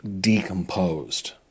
decomposed